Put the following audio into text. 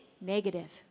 negative